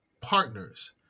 partners